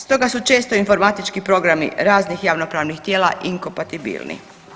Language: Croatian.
Stoga su često informatički programi raznih javnopravnih tijela inkompatibilni.